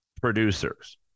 producers